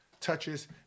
touches